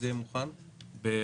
4